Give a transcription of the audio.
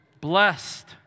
Blessed